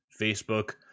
Facebook